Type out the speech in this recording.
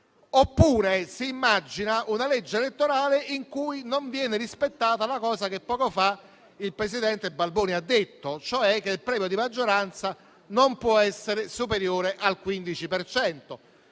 oppure si immagina una legge elettorale in cui non viene rispettata ciò che poco fa il presidente Balboni ha detto, cioè che il premio di maggioranza non può essere superiore al 15